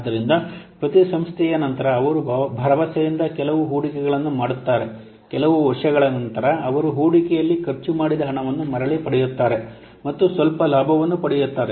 ಆದ್ದರಿಂದ ಪ್ರತಿ ಸಂಸ್ಥೆಯ ನಂತರ ಅವರು ಭರವಸೆಯಿಂದ ಕೆಲವು ಹೂಡಿಕೆಗಳನ್ನು ಮಾಡುತ್ತಾರೆ ಕೆಲವು ವರ್ಷಗಳ ನಂತರ ಅವರು ಹೂಡಿಕೆಯಲ್ಲಿ ಖರ್ಚು ಮಾಡಿದ ಹಣವನ್ನು ಮರಳಿ ಪಡೆಯುತ್ತಾರೆ ಮತ್ತು ಸ್ವಲ್ಪ ಲಾಭವನ್ನು ಪಡೆಯುತ್ತಾರೆ